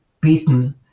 beaten